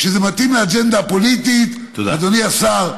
כשזה מתאים לאג'נדה הפוליטית, אדוני השר,